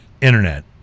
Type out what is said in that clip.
Internet